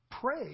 Pray